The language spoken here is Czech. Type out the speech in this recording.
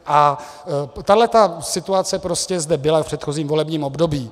A tahle situace prostě zde byla v předchozím volebním období.